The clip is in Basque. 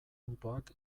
onddoak